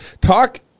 Talk